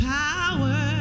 power